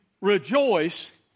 rejoice